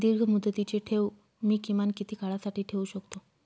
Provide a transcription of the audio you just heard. दीर्घमुदतीचे ठेव मी किमान किती काळासाठी ठेवू शकतो?